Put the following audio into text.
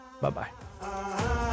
Bye-bye